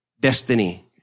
destiny